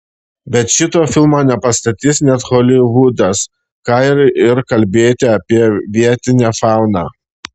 bet šito filmo nepastatys net holivudas ką ir kalbėti apie vietinę fauną